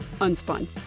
Unspun